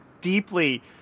deeply